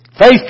Faith